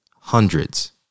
hundreds